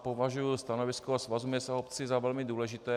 Považuji stanovisko Svazu měst a obcí ze velmi důležité.